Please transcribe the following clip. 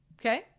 okay